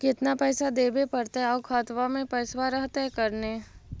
केतना पैसा देबे पड़तै आउ खातबा में पैसबा रहतै करने?